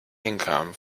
income